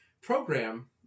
program